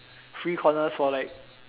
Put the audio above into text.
free corners for like